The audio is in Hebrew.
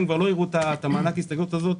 הם כבר לא יראו את מענק ההסתגלות הזה,